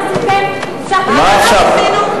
אנחנו טעינו, מה אתם עשיתם?